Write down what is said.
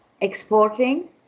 exporting